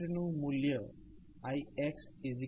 કરંટનું મૂલ્ય ixv21